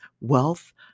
wealth